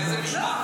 עוד רגע,